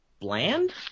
bland